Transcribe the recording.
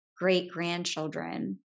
great-grandchildren